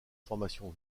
formation